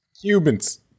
Cubans